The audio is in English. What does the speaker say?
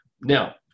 Now